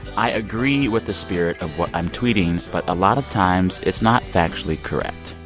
i agree with the spirit of what i'm tweeting, but a lot of times it's not factually correct,